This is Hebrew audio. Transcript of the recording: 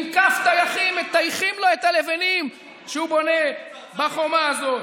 עם כף טייחים מטייחים לו את הלבנים שהוא בונה בחומה הזאת.